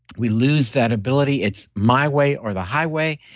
we lose that ability. it's my way or the highway.